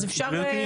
אז אפשר --- גברתי,